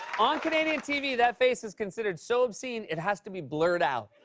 on canadian tv, that face is considered so obscene, it has to be blurred out.